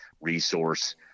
resource